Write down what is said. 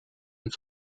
und